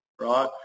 right